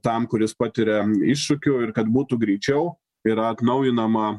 tam kuris patiria iššūkių ir kad būtų greičiau yra atnaujinama